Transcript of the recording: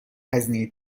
هزینه